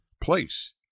place